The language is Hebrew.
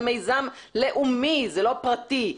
זה מיזם לאומי זה לא פרטי.